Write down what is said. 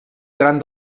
gran